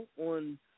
on